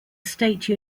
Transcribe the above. state